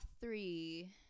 three